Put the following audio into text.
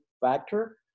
factor